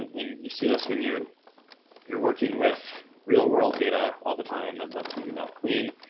and you see this when you're you're working with real-world data all the time that that's maybe not clean.